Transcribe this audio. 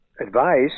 advice